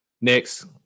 Next